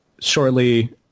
shortly